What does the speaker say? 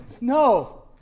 no